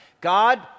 God